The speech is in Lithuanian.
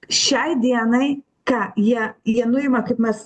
šiai dienai ką jie jie nuima kaip mes